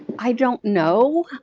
i don't know.